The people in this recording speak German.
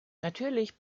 natürlich